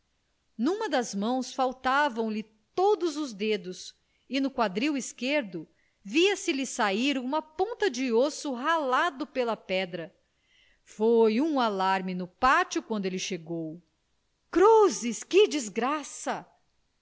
numa das mãos faltavam-lhe todos os dedos e no quadril esquerdo via-se-lhe sair uma ponta de osso ralado pela pedra foi um alarma no pátio quando ele chegou cruzes que desgraça